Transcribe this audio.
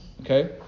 Okay